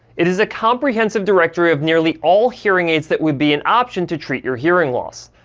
it is a comprehensive directory of nearly all hearing aids that would be an option to treat your hearing loss.